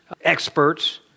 experts